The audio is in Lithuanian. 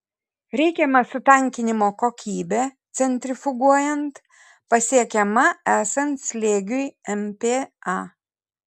reikiama sutankinimo kokybė centrifuguojant pasiekiama esant slėgiui mpa